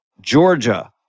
georgia